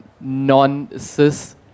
non-cis